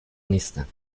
نیستم